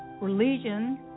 religion